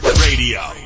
Radio